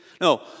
no